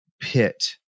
pit